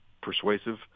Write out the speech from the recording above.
persuasive